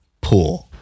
pool